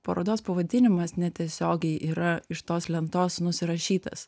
parodos pavadinimas netiesiogiai yra iš tos lentos nusirašytas